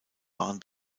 waren